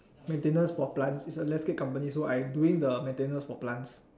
maintenance for plants is a landscape company so I doing the maintenance for plants